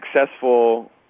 successful